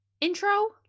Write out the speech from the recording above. intro